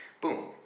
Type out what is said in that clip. Boom